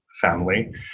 family